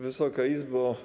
Wysoka Izbo!